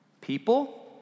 People